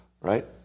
right